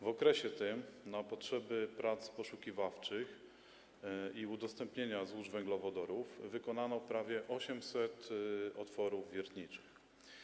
W tym czasie na potrzeby prac poszukiwawczych i udostępnienia złóż węglowodorów wykonano prawie 800 otworów wiertniczych.